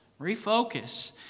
Refocus